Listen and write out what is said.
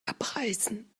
abreißen